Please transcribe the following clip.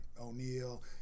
O'Neill